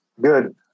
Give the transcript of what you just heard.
Good